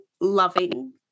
loving